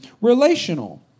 relational